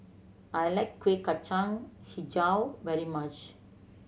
I like Kuih Kacang Hijau very much